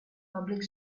public